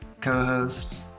co-host